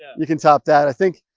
you can top that! i think,